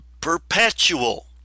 perpetual